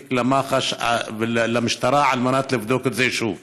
התיק למח"ש ולמשטרה על מנת לבדוק את זה שוב.